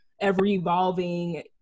ever-evolving